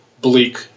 bleak